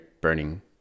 burning